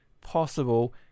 possible